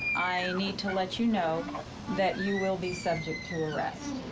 i need to let you know that you will be subject to arrest.